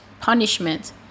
punishment